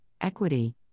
equity